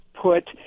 put